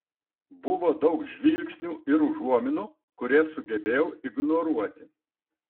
buvo daug žvilgsnių ir užuominų kurias sugebėjau ignoruoti